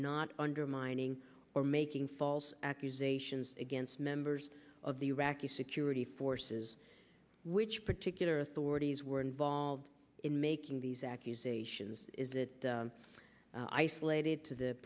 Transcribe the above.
not undermining or making false accusations against members of the iraqi security forces which particular authorities were involved in making these accusations is that added to the